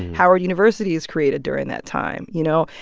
howard university is created during that time, you know?